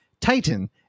titan